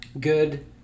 good